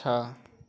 छः